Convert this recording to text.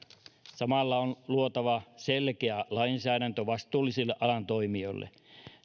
samalla on luotava selkeä lainsäädäntö vastuullisille alan toimijoille